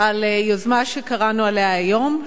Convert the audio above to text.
על יוזמה שקראנו עליה היום,